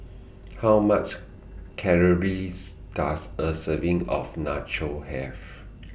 How much Calories Does A Serving of Nachos Have